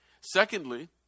Secondly